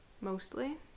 mostly